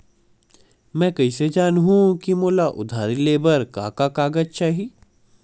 मैं कइसे जानहुँ कि मोला उधारी ले बर का का कागज चाही?